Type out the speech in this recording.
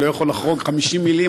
אני לא יכול לחרוג מ-50 מילים.